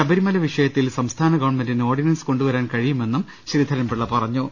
ശബരിമല വിഷയ ത്തിൽ സംസ്ഥാന ഗവൺമെന്റിന് ഓർഡിനൻസ് കൊണ്ടുവരാൻ കഴിയുമെന്നും ശ്രീധരൻപിള്ള പറഞ്ഞു